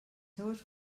seues